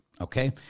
Okay